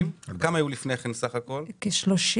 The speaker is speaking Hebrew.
היו 30 וכמה.